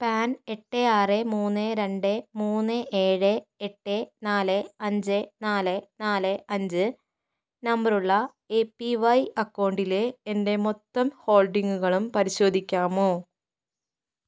pan എട്ട് ആറ് മുന്ന് രണ്ട് മൂന്ന് ഏഴ് എട്ട് നാല് അഞ്ച് നാല് നാല് അഞ്ച് നമ്പറുള്ള എ പി വൈ അക്കൗണ്ടിലെ എൻ്റെ മൊത്തം ഹോൾഡിങ്ങുകളും പരിശോധിക്കാമോ